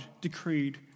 decreed